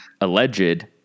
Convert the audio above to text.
alleged